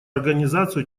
организацию